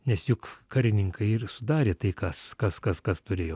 nes juk karininkai ir sudarė tai kas kas kas kas turėjo